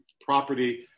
property